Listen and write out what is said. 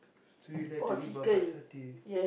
so you like to eat babat satay